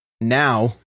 now